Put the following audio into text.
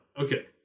Okay